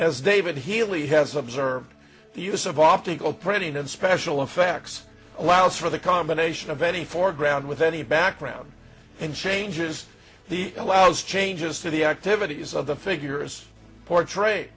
as david healy has observed the use of optical printing and special effects allows for the combination of any foreground with any background and changes the allows changes to the activities of the figures portray